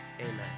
amen